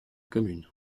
commune